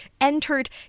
entered